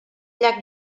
llacs